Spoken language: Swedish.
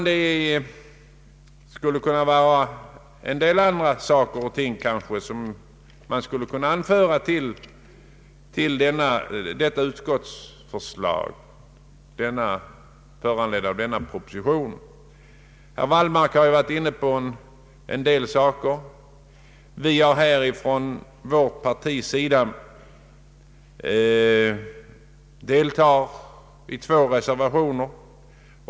Det skulle, herr talman, kunna vara åtskilligt mer att anföra med anledning av det utskottsförslag som föranletts av propositionen. Herr Wallmark har redan berört en del frågor, och vi har från vårt partis sida deltagit i två reservationer.